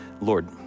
Lord